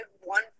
one